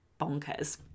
bonkers